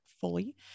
fully